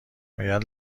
باید